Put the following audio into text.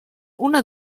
una